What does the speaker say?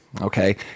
Okay